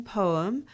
poem